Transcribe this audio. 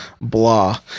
blah